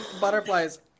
butterflies